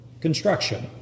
construction